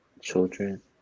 children